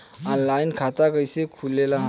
Online खाता कइसे खुलेला?